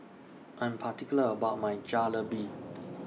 I Am particular about My Jalebi